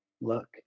look